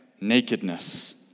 nakedness